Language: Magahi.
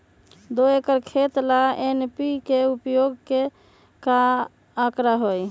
दो एकर खेत ला एन.पी.के उपयोग के का आंकड़ा होई?